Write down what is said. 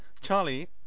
Charlie